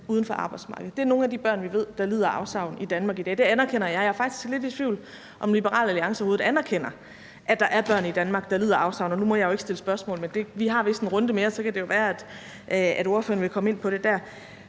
uden for arbejdsmarkedet. Det er nogle af de børn, som vi ved lider afsavn i Danmark i dag; det anerkender jeg, og jeg er faktisk lidt i tvivl om, om Liberal Alliance overhovedet anerkender, at der er børn i Danmark, der lider afsavn. Og nu må jeg jo ikke stille spørgsmål, men vi har vist en runde mere, og så kan det jo være, at ordføreren vil komme ind på det der.